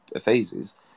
phases